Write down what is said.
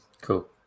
Cool